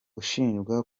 ushinjwa